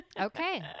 Okay